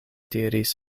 diris